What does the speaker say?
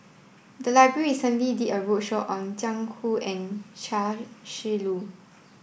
the library recently did a roadshow on Jiang Hu and Chia Shi Lu